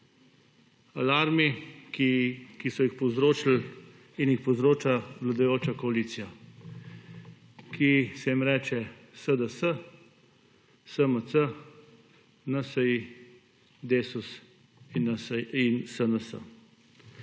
alarmi, ki so jih povzročili in jih povzroča vladajoča koalicija, ki se jim reče SDS, SMC, NSi, DeSUS in SNS.